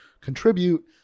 contribute